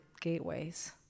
gateways